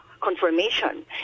confirmation